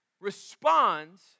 responds